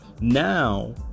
now